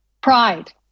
Pride